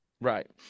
Right